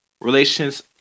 relations